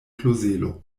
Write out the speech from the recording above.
klozelo